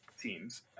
Teams